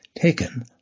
taken